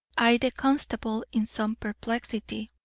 eyed the constable in some perplexity.